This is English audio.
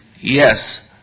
yes